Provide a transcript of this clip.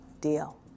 Deal